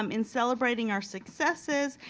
um in celebrating our successes,